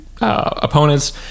opponents